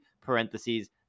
parentheses